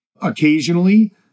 Occasionally